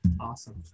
Awesome